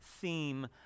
theme